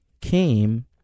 came